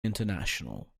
international